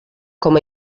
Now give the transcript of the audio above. com